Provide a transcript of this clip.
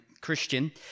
Christian